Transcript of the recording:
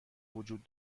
وجود